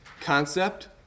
concept